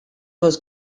was